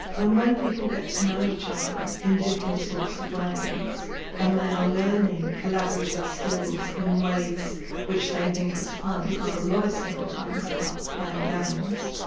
and when people get to know each other in different sorts of ways and they are learning collaborative skills in ways which they think is fun, because a lot of circle time is about playing games,